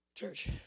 Church